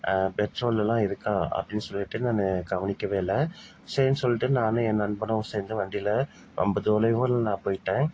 பெட்ரோல்லாம் இருக்கா அப்படின்னு சொல்லிட்டு நான் கவனிக்கவே இல்லை சரின்னு சொல்லிட்டு நானும் என் நண்பனும் சேர்ந்து வண்டியில் ரொம்ப தொலைவில் நான் போய்ட்டேன்